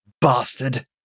Bastard